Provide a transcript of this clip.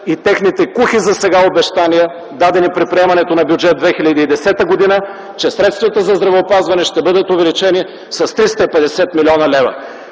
и техните кухи засега обещания, дадени при приемането на Бюджет 2010, че средствата за здравеопазване ще бъдат увеличени с 350 млн. лв.